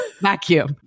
vacuum